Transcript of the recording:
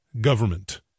government